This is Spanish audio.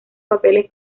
papeles